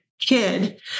kid